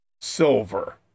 silver